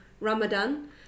Ramadan